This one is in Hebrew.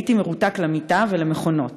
הייתי מרותק למיטה ולמכונות.